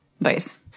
Vice